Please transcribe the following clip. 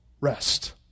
rest